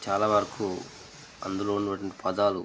చాలా వరకు అందులో ఉన్నటువంటి పదాలు